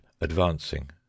advancing